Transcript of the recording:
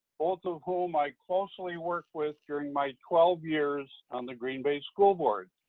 both of whom i closely worked with during my twelve years on the green bay school board.